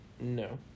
No